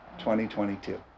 2022